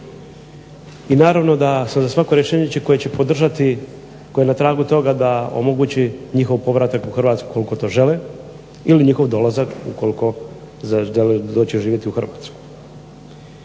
I naravno za svako sam rješenje koje na tragu toga da omogući njihov povratak u Hrvatsku ukoliko to žele ili njihov dolazak ukoliko žele doći živjeti u Hrvatsku.